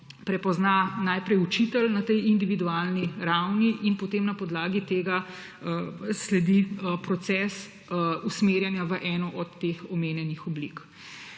prepozna najprej učitelj na tej individualni ravni in potem na podlagi tega sledi proces usmerjanja v eno od teh omenjenih oblik.